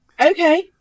okay